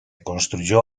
construyó